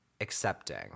accepting